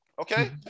Okay